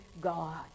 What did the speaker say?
God